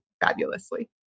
fabulously